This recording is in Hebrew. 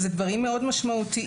אלה דברים מאוד משמעותיים,